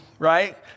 right